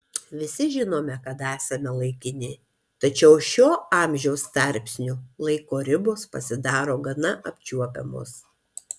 visi žinome kad esame laikini tačiau šiuo amžiaus tarpsniu laiko ribos pasidaro gana apčiuopiamos